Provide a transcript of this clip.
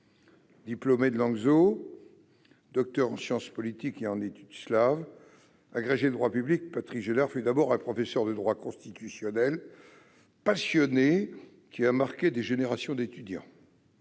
Diplômé de « Langues O' », docteur en sciences politiques et en études slaves, agrégé de droit public, Patrice Gélard fut d'abord un professeur de droit constitutionnel passionné qui a marqué des générations d'étudiants.